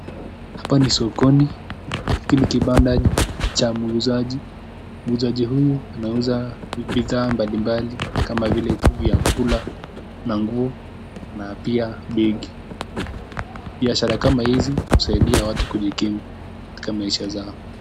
Hapa ni sokoni. Hiki ni kibanda cha muuzaji. Muuzaji huyu anauza bidhaa mbali mbali kama vile vyakula na nguo na pia begi. Biashara kama hizi husaidia watu kujikimu katika maisha zao.